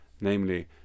namely